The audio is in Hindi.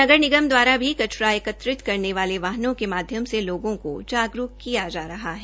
नगर निगम द्वारा भी कच्रा एकत्रित करने वाले वाहनों के माध्यम से लोगों को जागरूक किया जा रहा है